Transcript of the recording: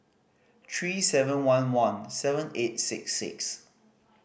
three seven one one seven eight six six